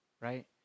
right